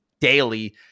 daily